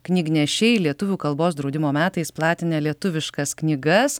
knygnešiai lietuvių kalbos draudimo metais platinę lietuviškas knygas